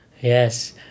yes